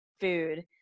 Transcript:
food